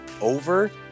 over